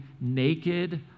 naked